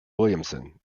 williamson